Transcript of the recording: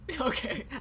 Okay